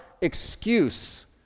excuse